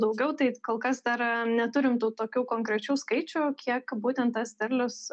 daugiau tai kol kas dar neturim tų tokių konkrečių skaičių kiek būtent tas derlius